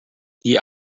die